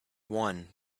one